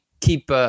keep